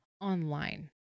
online